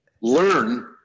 learn